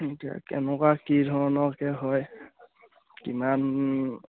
এতিয়া কেনেকুৱা কি ধৰণৰকৈ হয় কিমান